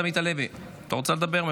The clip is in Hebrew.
אתה רוצה לדבר?